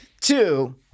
two